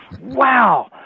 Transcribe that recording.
wow